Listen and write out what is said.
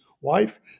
wife